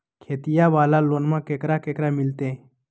खेतिया वाला लोनमा केकरा केकरा मिलते?